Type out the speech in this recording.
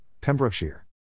Pembrokeshire